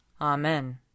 Amen